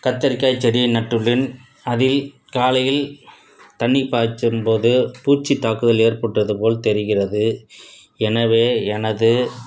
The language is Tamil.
கத்தரிக்காய் செடி நட்டுள்ளேன் அதில் காலையில் தண்ணீர் பாய்ச்சும்போது பூச்சி தாக்குதல் ஏற்பட்டதுப் போல் தெரிகிறது எனவே எனது